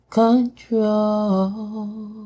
control